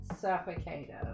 suffocated